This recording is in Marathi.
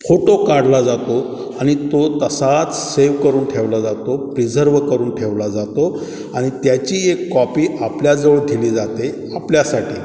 फोटो काढला जातो आणि तो तसाच सेव करून ठेवला जातो प्रिझर्व्ह करून ठेवला जातो आणि त्याची एक कॉपी आपल्याजवळ दिली जाते आपल्यासाठी